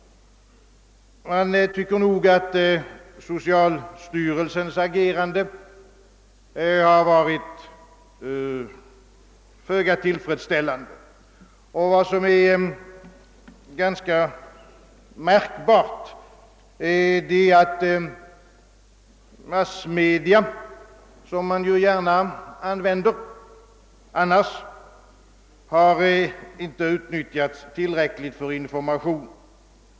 Socialstyrelsens agerande har varit föga tillfredsställande, och anmärkningsvärt är att massmedia, som man ju eljest gärna använder, inte utnyttjats tillräckligt för information.